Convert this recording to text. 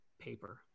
paper